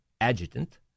adjutant